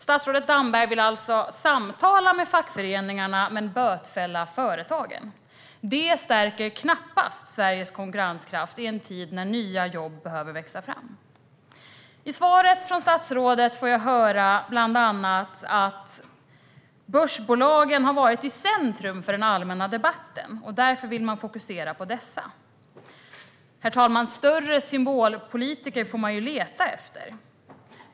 Statsrådet Damberg vill alltså samtala med fackföreningarna men bötfälla företagen. Det stärker knappast Sveriges konkurrenskraft i en tid när nya jobb behöver växa fram. I svaret från statsrådet får jag bland annat höra att börsbolagen har varit i centrum för den allmänna debatten och att man därför vill fokusera på dessa. Större symbolpolitik får man leta efter, herr talman.